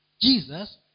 Jesus